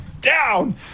Down